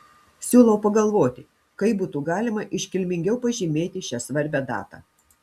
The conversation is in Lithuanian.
siūlau pagalvoti kaip būtų galima iškilmingiau pažymėti šią svarbią datą